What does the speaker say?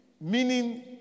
Meaning